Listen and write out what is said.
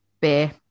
beer